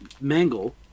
Mangle